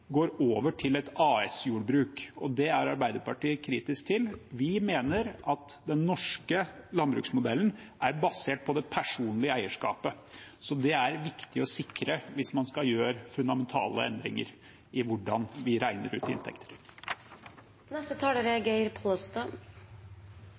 går over til et AS-jordbruk. Det er Arbeiderpartiet kritisk til. Vi mener at den norske landbruksmodellen må være basert på det personlige eierskapet. Så dette er viktig å sikre hvis man skal gjøre fundamentale endringer i hvordan vi regner ut inntekter. Eg tenkjer det er